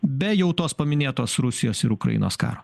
be jau tos paminėtos rusijos ir ukrainos karo